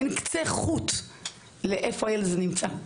אין קצה חוט לאיפה הילד הזה נמצא.